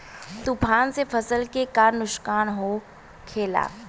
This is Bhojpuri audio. तूफान से फसल के का नुकसान हो खेला?